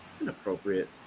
Inappropriate